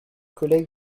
collègues